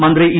മന്ത്രി ഇ